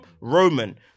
Roman